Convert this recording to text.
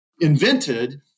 invented